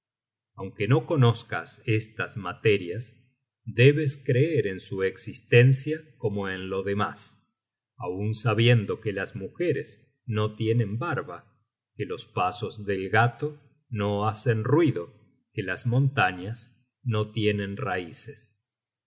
aunque no conozcas estas materias debes creer en su existencia como en lo demas aun sabiendo que las mujeres no tienen barba que los pasos de gato no hacen ruido que las montañas no tienen raices